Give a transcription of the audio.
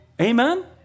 Amen